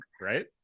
Right